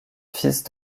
fils